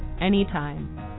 anytime